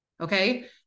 Okay